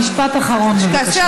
משפט אחרון, בבקשה.